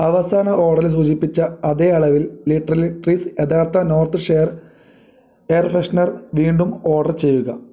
അവസാന ഓഡറിൽ സൂചിപ്പിച്ച അതേ അളവിൽ ലിട്രില് ട്രീസ് യഥാർത്ഥ നോർത്ത് ഷെയർ ഹെയർ ഫ്രെഷനർ വീണ്ടും ഓർഡർ ചെയ്യുക